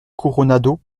coronado